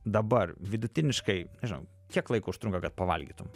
dabar vidutiniškai nežinau kiek laiko užtrunka kad pavalgytum